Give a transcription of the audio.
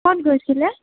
ক'ত গৈছিলে